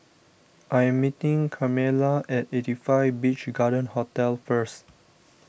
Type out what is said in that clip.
I am meeting Carmella at eighty five Beach Garden Hotel first